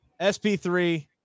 SP3